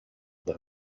them